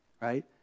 right